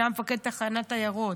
שהיה מפקד תחנת עיירות,